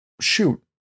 shoot